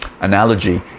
Analogy